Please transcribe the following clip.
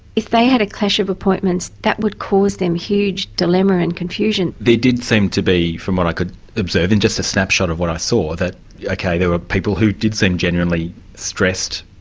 if they had a clash of appointments that would cause them huge dilemma and confusion. there did seem to be, from what i could observe, in just a snapshot of what i saw, that ok, there were people who did seem genuinely stressed,